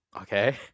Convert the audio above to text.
Okay